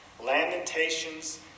Lamentations